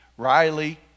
Riley